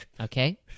Okay